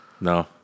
no